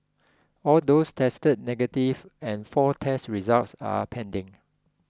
all those tested negative and four test results are pending